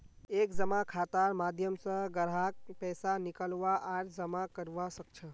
एक जमा खातार माध्यम स ग्राहक पैसा निकलवा आर जमा करवा सख छ